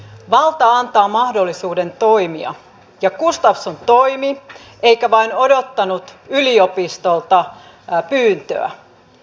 valta antaa mahdollisuuden toimia ja gustafsson toimi eikä vain odottanut yliopistolta pyyntöä